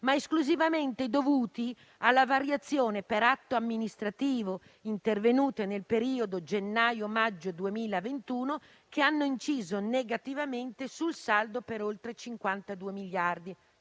ma esclusivamente dovuto alla variazione per atto amministrativo intervenuto nel periodo gennaio-maggio 2021, che ha inciso negativamente sul saldo per oltre 52 miliardi